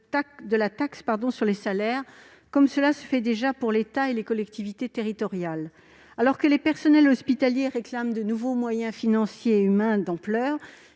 de la taxe sur les salaires, comme cela se fait déjà pour l'État et les collectivités territoriales. Alors que les personnels hospitaliers réclament de nouveaux moyens financiers et humains d'ampleur,